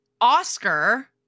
Oscar